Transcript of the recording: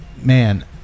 Man